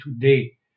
today